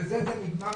בזה זה נגמר,